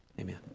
Amen